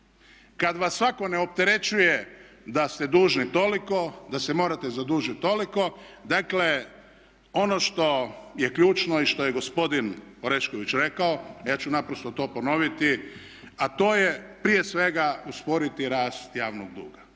kad vas svatko ne opterećuje da ste dužni toliko, da se morate zadužiti toliko. Dakle ono što je ključno i što je gospodin Orešković rekao, a ja ću naprosto to ponoviti a to je prije svega usporiti rast javnog duga.